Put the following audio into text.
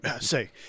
say